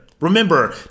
Remember